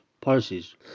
policies